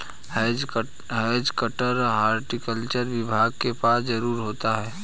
has cutter horticulture विभाग के पास जरूर होता है